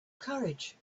courage